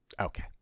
Okay